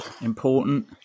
important